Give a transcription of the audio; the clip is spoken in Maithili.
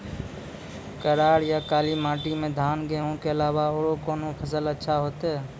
करार या काली माटी म धान, गेहूँ के अलावा औरो कोन फसल अचछा होतै?